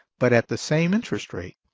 but at the same interest rate